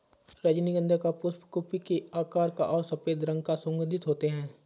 रजनीगंधा का पुष्प कुप्पी के आकार का और सफेद रंग का सुगन्धित होते हैं